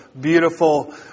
beautiful